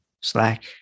Slack